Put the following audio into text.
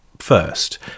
first